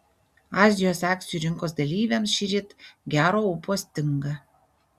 azijos akcijų rinkos dalyviams šįryt gero ūpo stinga